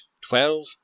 Twelve